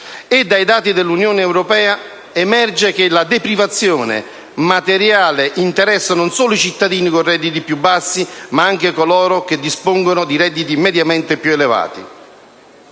e dai dati dell'Unione europea dello stesso mese emerge che la deprivazione materiale interessa non solo i cittadini con i redditi più bassi ma anche coloro che dispongono di redditi mediamente più elevati.